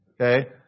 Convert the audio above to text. Okay